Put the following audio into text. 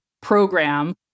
program